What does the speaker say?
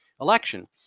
election